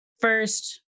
first